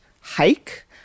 hike